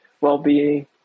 well-being